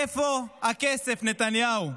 איפה הכסף, נתניהו?